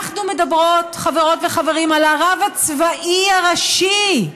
אנחנו מדברות, חברות וחברים, על הרב הצבאי הראשי,